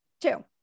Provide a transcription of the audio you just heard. Two